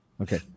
Okay